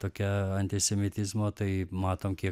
tokia antisemitizmo tai matom kiek